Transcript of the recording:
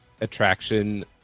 attraction